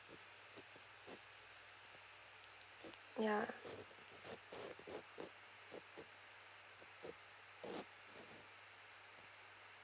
ya